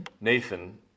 Nathan